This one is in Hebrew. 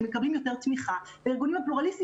הם מקבלים יותר תמיכה והארגונים הפלורליסטים